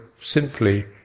simply